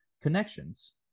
connections